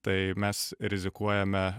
tai mes rizikuojame